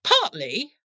partly